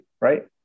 Right